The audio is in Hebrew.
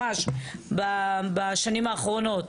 ממש בשנים האחרונות.